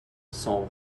sont